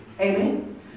Amen